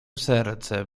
serce